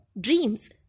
dreams